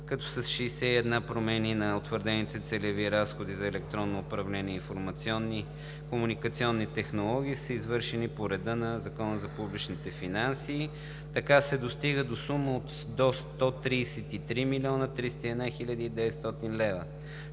като с 61 промени на утвърдените целеви разходи за електронно управление и информационни и комуникационни технологии, извършени по реда на Закона за публичните финанси, достигна до 133 млн. 301 хил. 900 лв.